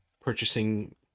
purchasing